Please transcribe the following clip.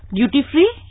duty-free